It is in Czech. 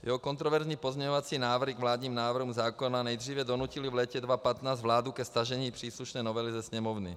Jeho kontroverzní pozměňovací návrhy k vládním návrhům zákona nejdříve donutily v létě 2015 vládu ke stažení příslušné novely ze Sněmovny.